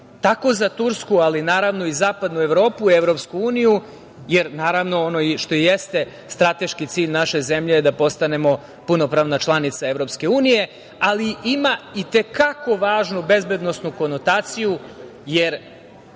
tako i za Tursku, ali naravno i zapadnu Evropu, Evropsku uniju, jer naravno, ono što jeste strateški cilj naše zemlje je da postanemo punopravna članica Evropske unije, ali ima i te kako važnu bezbednosnu konotaciju, jer